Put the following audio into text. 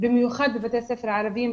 במיוחד בבתי ספר הערבים,